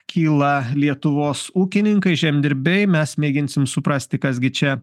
kyla lietuvos ūkininkai žemdirbiai mes mėginsim suprasti kas gi čia